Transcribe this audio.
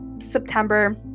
September